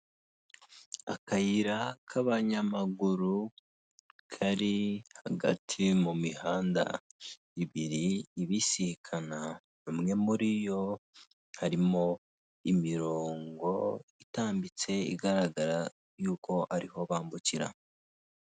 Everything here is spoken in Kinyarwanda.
Akayira k'abanyamaguru kari hagati mu mihanda ibiri ibisikana ,bamwe muri yo harimo imirongo itambitse igaragara yuko ariho bambukira.